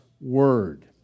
Word